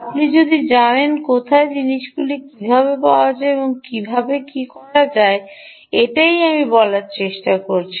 আপনি যদি জানেন কোথায় জিনিসগুলি কীভাবে পাওয়া যায় এবং কীভাবে কীভাবে করা যায় এটাই আমি বলার চেষ্টা করছি